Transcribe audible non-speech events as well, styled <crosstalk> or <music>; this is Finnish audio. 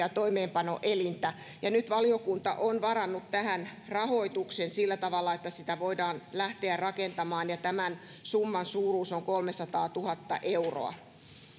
<unintelligible> ja toimeenpanoelintä nyt valiokunta on varannut tähän rahoituksen sillä tavalla että sitä voidaan lähteä rakentamaan ja tämän summan suuruus on kolmesataatuhatta euroa